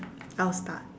I'll start